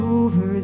over